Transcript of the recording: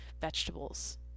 vegetables